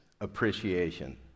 Appreciation